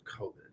COVID